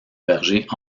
berger